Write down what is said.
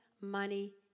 money